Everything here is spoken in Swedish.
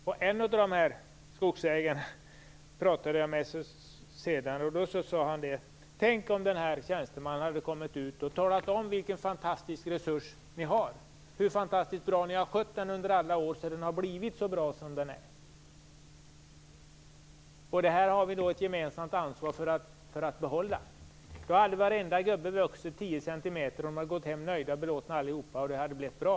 Jag pratade senare med en av skogsägarna, och denne sade då: Tänk om tjänstemannen i stället hade kommit ut och talat om för oss vilken fantastisk resurs vi har, hur bra vi har skött den under alla år, så att den har blivit så bra som den är, och att vi har ett gemensamt ansvar för att behålla den! Då hade varenda gubbe vuxit 10 cm. Alla hade gått hem nöjda och belåtna, och resultatet hade blivit bra.